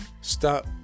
stop